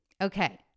Okay